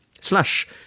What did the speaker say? slash